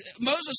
Moses